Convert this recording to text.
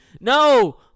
No